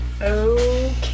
Okay